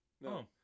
No